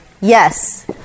Yes